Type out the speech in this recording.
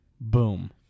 Boom